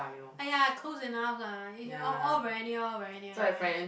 !aiya! close enough lah y~ you're all very near all very near anyway